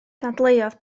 dadleuodd